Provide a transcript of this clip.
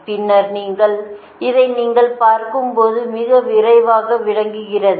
பின்னர் நீங்கள் இதை நீங்கள் பார்க்கும்போது மிக விரிவாக விளக்குகிறேன்